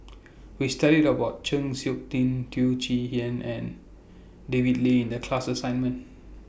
We studied about Chng Seok Tin Teo Chee Hean and David Lee in The class assignment